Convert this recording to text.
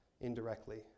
indirectly